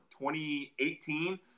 2018